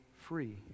free